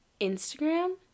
Instagram